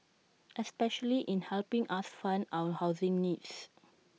especially in helping us fund our housing needs